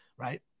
right